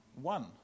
one